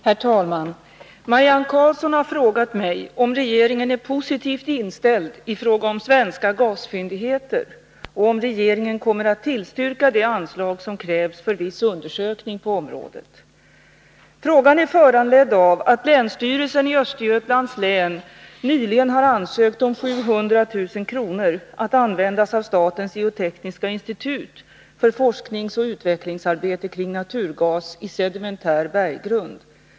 Herr talman! Marianne Karlsson har frågat mig om regeringen är positivt inställd i fråga om svenska gasfyndigheter och om regeringen kommer att tillstyrka det anslag som krävs för viss undersökning på området. Frågan är föranledd av att länsstyrelsen i Östergötlands län nyligen har ansökt om 700 000 kr. att användas av statens geotekniska institut för forskningsoch utvecklingsarbete kring naturgas i sedimentär berggrund.